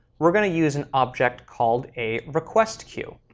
we're going to use an object called a request queue.